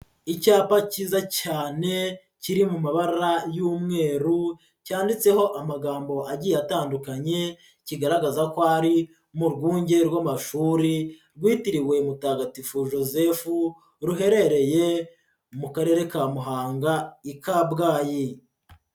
Icyapa cyiza cyane kiri mu mabara y'umweru cyanditseho amagambo agiye atandukanye, kigaragaza ko ari mu rwunge rw'amashuri rwitiriwe mutagatifu Joseph ruherereye mu karere ka Muhanga i Kabgayi.